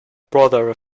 brother